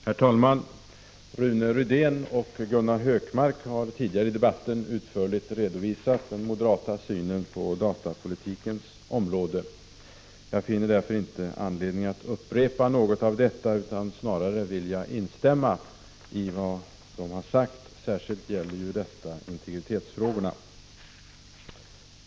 Herr talman! Rune Rydén och Gunnar Hökmark har tidigare i debatten utförligt redovisat den moderata synen på datapolitikens område. Jag finner därför ingen anledning att upprepa någonting av detta. Snarare vill jag instämma i det som de har sagt. Särskilt gäller detta integritetsfrågorna.